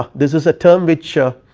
ah this is a term which